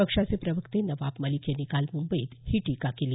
पक्षाचे प्रवक्ते नवाब मलिक यांनी काल मुंबईत ही टीका केली